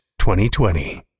2020